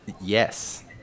yes